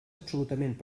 absolutament